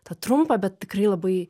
tą trumpą bet tikrai labai